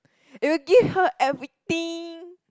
it will give her everything